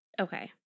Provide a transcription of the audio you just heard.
Okay